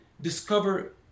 discover